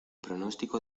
pronóstico